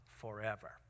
forever